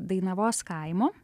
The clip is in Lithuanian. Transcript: dainavos kaimo